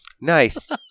Nice